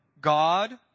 God